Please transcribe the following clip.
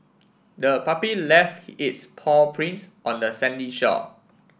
the puppy left its paw prints on the sandy shore